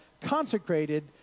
consecrated